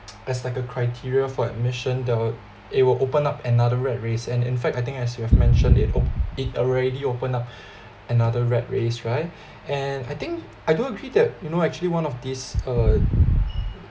as like a criteria for admission that wi~ it will open up another rat race and in fact I think as you have mentioned that it op~ it already open up another rat race right and I think I do agree that you know actually one of these uh